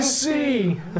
see